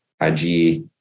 IG